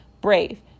brave